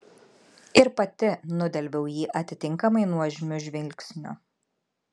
ir pati nudelbiau jį atitinkamai nuožmiu žvilgsniu